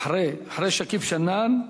אחרי שכיב שנאן,